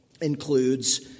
includes